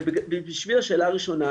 ובשביל השאלה הראשונה,